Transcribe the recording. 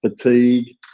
fatigue